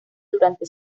durante